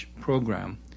program